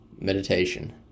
Meditation